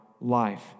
life